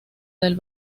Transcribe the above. del